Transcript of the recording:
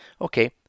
Okay